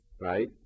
right